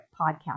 podcast